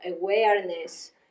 awareness